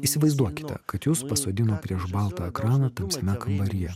įsivaizduokite kad jus pasodino prieš baltą ekraną tamsiame kambaryje